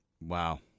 Wow